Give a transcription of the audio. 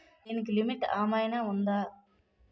దీనికి లిమిట్ ఆమైనా ఉందా?